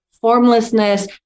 formlessness